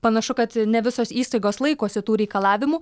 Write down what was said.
panašu kad ne visos įstaigos laikosi tų reikalavimų